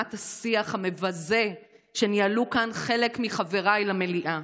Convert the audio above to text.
ורמת השיח המבזה שניהלו כאן חלק מחבריי למליאה,